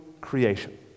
creation